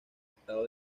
estado